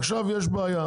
עכשיו יש בעיה,